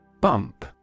Bump